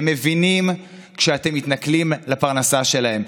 הם מבינים שאתם מתנכלים לפרנסה שלהם.